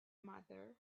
mother